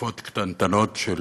גופות קטנטנות של